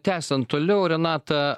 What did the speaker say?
tęsiant toliau renata